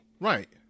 Right